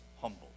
humble